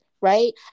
right